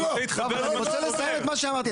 אני רוצה לסיים את מה שאמרתי.